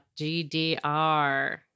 GDR